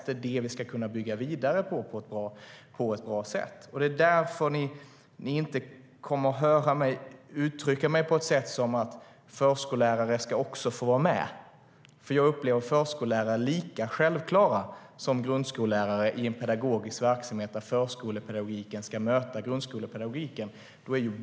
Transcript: Det är detta vi ska kunna bygga vidare på på ett bra sätt. Därför kommer ni inte att höra mig uttrycka att förskollärare också ska få vara med, för jag upplever förskollärare som lika självklara som grundskollärare i en pedagogisk verksamhet där förskolepedagogiken ska möta grundskolepedagogiken.